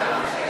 ואז הצבעתי,